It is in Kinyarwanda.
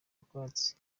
utwatsi